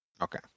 okay